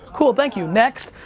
cool thank you, next.